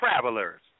travelers